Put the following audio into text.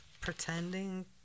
pretending